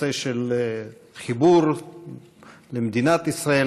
לנושא של חיבור למדינת ישראל,